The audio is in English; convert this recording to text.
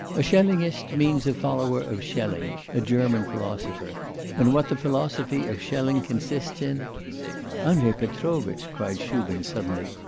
a schellingist means a follower of schelling, a german philosopher and what the philosophy of schelling consists in andrei petrovitch cried shubin suddenly,